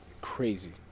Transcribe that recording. crazy